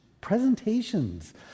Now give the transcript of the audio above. presentations